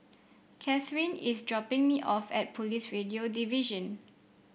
Kathrine is dropping me off at Police Radio Division